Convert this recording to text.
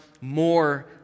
more